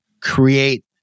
create